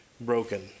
broken